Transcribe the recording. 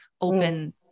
open